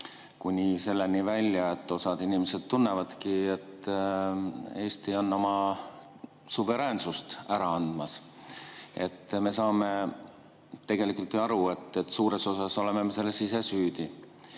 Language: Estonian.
kuni selleni välja, et osa inimesi tunnebki, et Eesti on oma suveräänsust ära andmas. Me saame tegelikult ju aru, et suures osas oleme me selles ise süüdi.